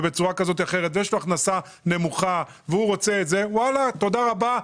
יש לו הכנסה נמוכה והוא רוצה את זה תודה רבה,